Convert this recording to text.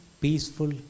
peaceful